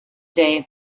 day